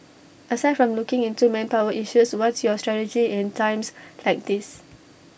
aside from looking into manpower issues what's your strategy in times like these